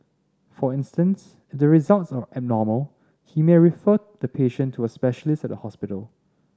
for instance if the results are abnormal he may refer to patient to a specialist at a hospital